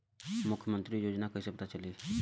मुख्यमंत्री योजना कइसे पता चली?